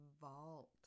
vault